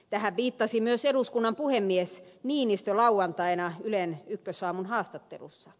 tähän viittasi myös eduskunnan puhemies niinistö lauantaina ylen ykkösaamun haastattelussa